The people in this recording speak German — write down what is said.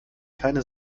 keine